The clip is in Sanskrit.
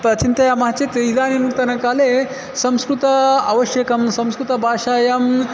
प चिन्तयामः चेत् इदानीन्तनकाले संस्कृतम् आवश्यकं संस्कृतभाषायां